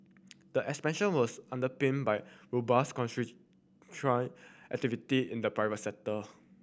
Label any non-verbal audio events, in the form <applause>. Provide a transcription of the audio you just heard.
the expansion was underpinned by robust <unintelligible> activity in the private sector